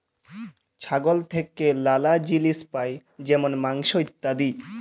ছাগল থেক্যে লালা জিলিস পাই যেমল মাংস, ইত্যাদি